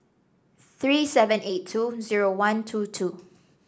three seven eight two zero one two two